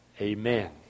Amen